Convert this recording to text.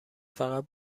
فقط